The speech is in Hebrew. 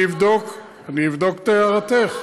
אני אבדוק, ארבעה.